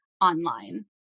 online